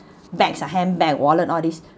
bags ah handbag wallet all this